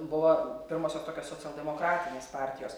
buvo pirmosios tokios socialdemokratinės partijos